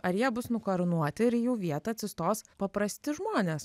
ar jie bus nukarūnuoti ir į jų vietą atsistos paprasti žmonės